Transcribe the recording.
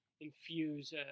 infuse